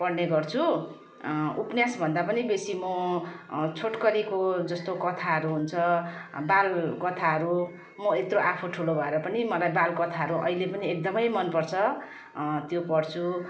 पढ्ने गर्छु उपन्यास भन्दा पनि बेसी म छोटकरीको जस्तो कथाहरू हुन्छ बाल कथाहरू म यत्रो आफु ठुलो भएर पनि मलाई बाल कथाहरू अहिले पनि एकदम मन पर्छ त्यो पढ्छु